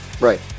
Right